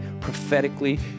prophetically